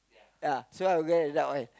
ya so I will get the dark oil